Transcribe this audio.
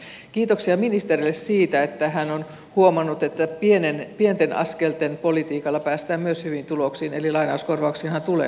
mutta kiitoksia ministerille siitä että hän on huomannut että myös pienten askelten politiikalla päästään hyviin tuloksiin eli lainauskorvauksiinhan tulee nyt lisää rahaa